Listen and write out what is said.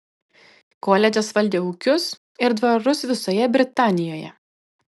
koledžas valdė ūkius ir dvarus visoje britanijoje